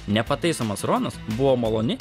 nepataisomas ronas buvo maloni